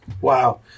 Wow